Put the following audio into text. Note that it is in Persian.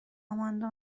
آماندا